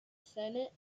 senate